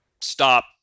stop